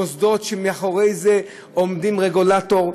מוסדות שמאחוריהם עומד רגולטור,